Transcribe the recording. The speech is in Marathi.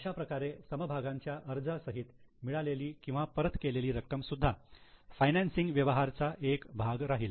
अशाप्रकारे समभागांच्या अर्जा सहित मिळालेली किंवा परत केलेली रक्कम सुद्धा फायनान्सिंग व्यवहाराचा एक भाग राहील